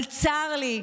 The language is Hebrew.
אבל צר לי,